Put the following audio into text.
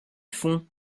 fond